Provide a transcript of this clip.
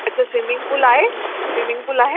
हिते swimming pool आहे swimming pool आहे